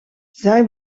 zij